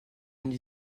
vingt